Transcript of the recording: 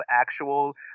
actual